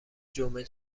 جمعه